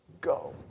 go